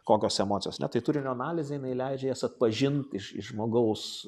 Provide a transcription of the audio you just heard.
kokios emocijos na tai turinio analizė jinai leidžia jas atpažint iš iš žmogaus